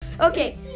Okay